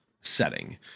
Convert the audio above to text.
setting